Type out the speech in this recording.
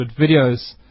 videos